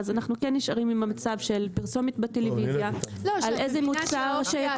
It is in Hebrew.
ואז אנחנו כן נשארים עם המצב של פרסומת בטלוויזיה על איזה מוצר,